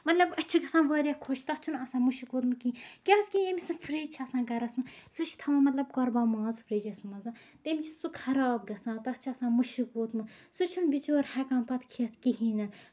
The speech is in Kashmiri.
مطلب أسۍ چھِ گژھان واریاہ خۄش تَتھ چھُنہٕ آسان مُشُک ووٚتھمُت کِہیٖنۍ کیازِ کہِ ییٚمِس نہٕ فرج چھُ آسان گرَس منٛز سُہ چھُ تھاوان مطلب قۄربان ماز فرجَس منٛز تٔمِس چھُ سُہ خراب گژھان تَتھ چھُ آسان مُشُک ووٚتھمُت سُہ چھُ نہٕ بِچور ہیٚکان پَتہٕ کھٮ۪تھ کِہینۍ نہٕ